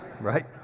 Right